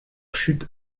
chute